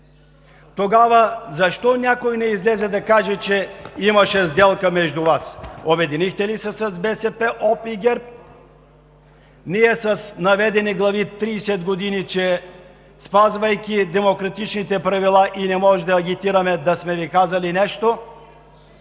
Тогава защо някой не излезе да каже, че имаше сделка между Вас?! Обединихте ли се с БСП, ОП и ГЕРБ? Ние с наведени глави тридесет години, спазвайки демократичните правила, не можем да агитираме. Да сме Ви казали нещо?!